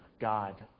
God